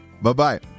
Bye-bye